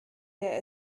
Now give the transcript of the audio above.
der